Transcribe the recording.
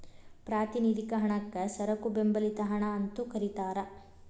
ಪ್ರಾತಿನಿಧಿಕ ಹಣಕ್ಕ ಸರಕು ಬೆಂಬಲಿತ ಹಣ ಅಂತೂ ಕರಿತಾರ